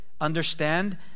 understand